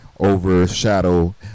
overshadow